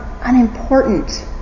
unimportant